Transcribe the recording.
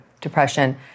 depression